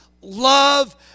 Love